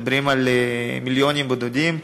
מדברים על מיליונים בודדים,